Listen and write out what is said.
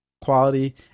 quality